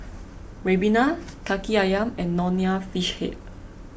Ribena Kaki Ayam and Nonya Fish Head